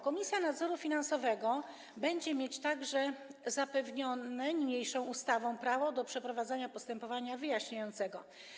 Komisja Nadzoru Finansowego będzie mieć także zapewnione niniejszą ustawą prawo do przeprowadzania postępowania wyjaśniającego.